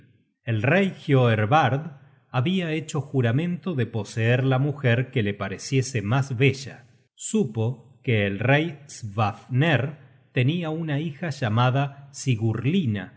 el rey hioerbard habia hecho juramento de poseer la mujer que le pareciese mas bella supo que el rey svafner tenia una hija llamada